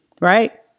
Right